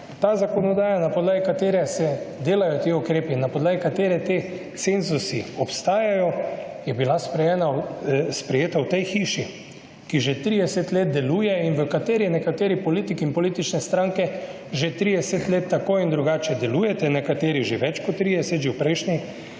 Ta zakonodaja, na podlagi katere se delajo ti ukrepi in na podlagi te cenzusi obstajajo, je bila sprejeta v tej hiši, ki že 30 let deluje in v kateri nekateri politiki in politične stranke že 30 let tako in drugače delujete, nekateri že več kot 30 že v prejšnji